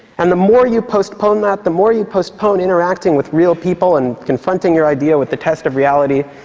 and the more you postpone that, the more you postpone interacting with real people and confronting your idea with the test of reality,